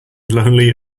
lonely